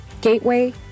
Gateway